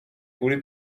kvůli